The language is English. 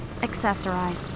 Accessorize